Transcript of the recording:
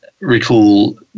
recall